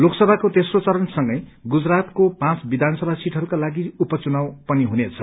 लोकसभाको तेस्रो चरण संगै गुजरातको पाँच विधानसभा सीटहरूका लागि उपचुनाव पनि हुनेछ